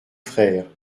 frères